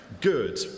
Good